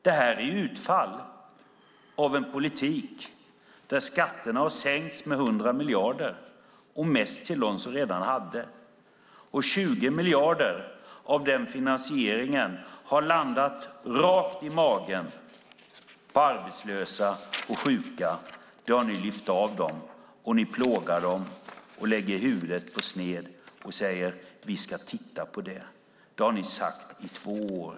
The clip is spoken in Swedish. Detta är utfallet av en politik där skatterna har sänkts med 100 miljarder, och mest för dem som redan hade. 20 miljarder av den finansieringen har ni lyft från de arbetslösa och sjuka. Ni plågar dem, lägger huvudet på sned och säger: Vi ska titta på det. Det har ni sagt i två år.